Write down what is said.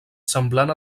semblant